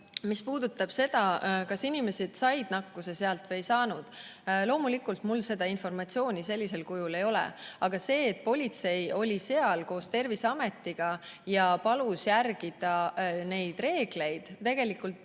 Mis puudutab seda, kas inimesed said nakkuse sealt või ei saanud, siis loomulikult mul seda informatsiooni sellisel kujul ei ole. Aga see, et politsei oli seal koos Terviseametiga ja palus järgida neid reegleid, hoidis